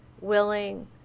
willing